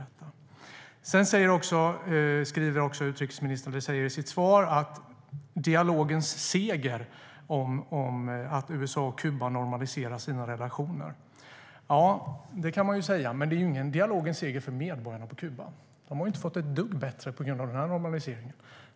I sitt svar talar utrikesministern om dialogens seger - att USA och Kuba normaliserar sina relationer. Det kan man ju säga, men det är ingen dialogens seger för medborgarna på Kuba. De har inte fått det ett dugg bättre genom normaliseringen.